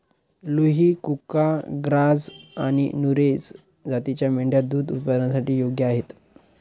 लुही, कुका, ग्राझ आणि नुरेझ जातींच्या मेंढ्या दूध उत्पादनासाठी योग्य आहेत